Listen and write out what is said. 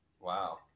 Wow